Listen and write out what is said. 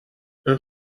een